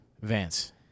Vance